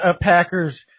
Packers